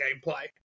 gameplay